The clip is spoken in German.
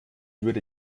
würde